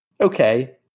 Okay